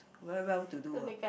very well to do ah